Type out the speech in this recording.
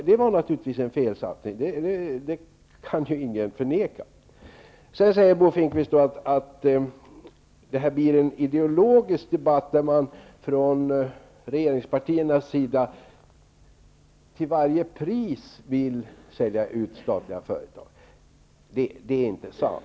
Det var naturligtvis en felsatsning -- detta kan inte förnekas. Vidare säger Bo Finnkvist att det blir en ideologisk debatt där regeringspartierna till varje pris vill sälja ut statliga företag. Det är inte sant.